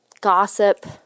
Gossip